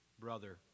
brother